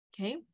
Okay